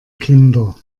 kinder